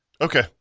Okay